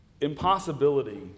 Impossibility